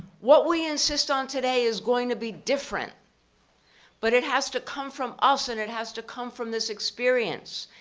what we insist on today is going to be different but it has to come from us and it has to come from this experience.